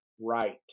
right